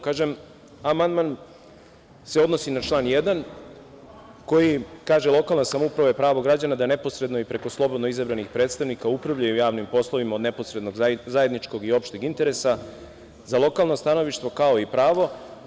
Kažem, amandman se odnosi na član 1. koji kaže – lokalna samouprava je pravo građana da neposredno i preko slobodno izabranih predstavnika upravljaju javnim poslovima od neposrednog, zajedničkog i opšteg interesa za lokalno stanovništvo, kao i pravo.